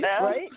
Right